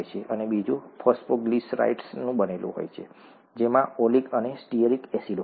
અને બીજું ફોસ્ફોગ્લિસરાઈડ્સનું બનેલું છે જેમાં ઓલિક અને સ્ટીઅરિક એસિડ હોય છે